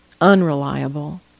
unreliable